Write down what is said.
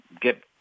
get